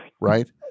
Right